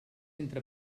entre